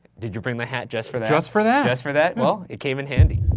did you bring the hat just for that? just for that. just for that. well, it came in handy.